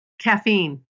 Caffeine